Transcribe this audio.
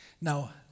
Now